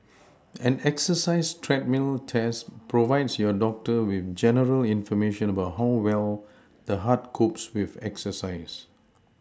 an exercise treadmill test provides your doctor with general information about how well the heart copes with exercise